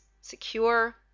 secure